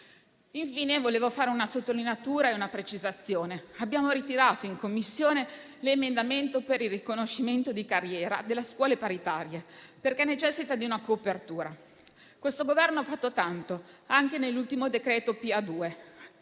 intervento, vorrei fare una sottolineatura e una precisazione. In Commissione abbiamo ritirato l'emendamento per il riconoscimento di carriera delle scuole paritarie perché necessita di una copertura. Questo Governo ha fatto tanto, anche nell'ultimo decreto PA2.